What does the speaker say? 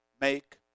make